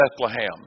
Bethlehem